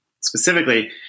specifically